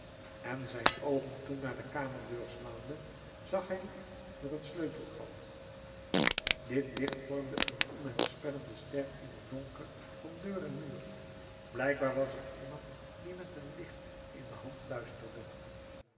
en zijn oogen toen naar de kamerdeur slaande zag hij licht door het sleutelgat dit licht vormde een onheilspellende ster in t donker van deur en muur blijkbaar was er iemand die met een licht in de hand luisterde